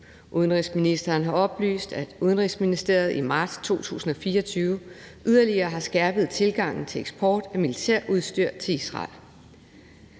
Udenrigsministeren har oplyst, at Udenrigsministeriet i marts 2024 yderligere har skærpet tilgangen til eksport af militærudstyr til Israel.